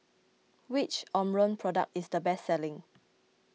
which Omron product is the best selling